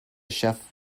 chef